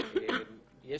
התיקונים אושרו.